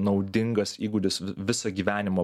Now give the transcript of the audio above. naudingas įgūdis visą gyvenimą